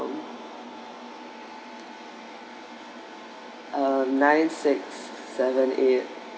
~om nine six seven eight